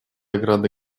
ограды